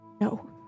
no